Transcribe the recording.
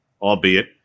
albeit